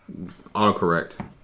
autocorrect